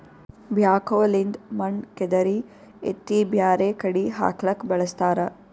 backhoe ಲಿಂದ್ ಮಣ್ಣ್ ಕೆದರಿ ಎತ್ತಿ ಬ್ಯಾರೆ ಕಡಿ ಹಾಕ್ಲಕ್ಕ್ ಬಳಸ್ತಾರ